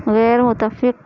غیر متفق